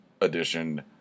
edition